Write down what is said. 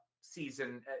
season